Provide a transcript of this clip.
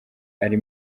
ari